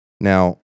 Now